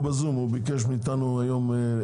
הוא ביקש מאתנו היום.